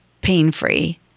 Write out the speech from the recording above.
pain-free